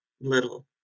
little